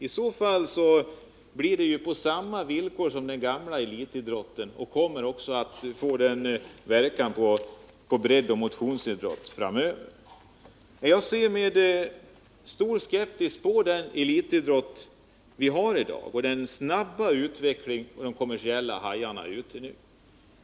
I så fall blir det ju bidrag på samma villkor som till den gamla elitidrotten. Det kommer också att få samma verkan på breddoch motionsidrotten framöver. Jag ser med stor skepsis på den elitidrott som vi har i dag och på den utveckling som de kommersiella hajarna är ute efter.